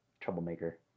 troublemaker